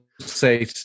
Say